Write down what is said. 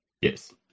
Yes